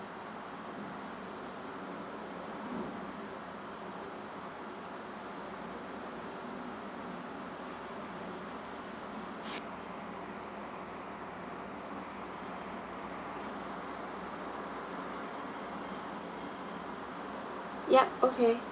yup okay